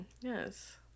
Yes